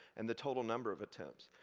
and the total number of attempts.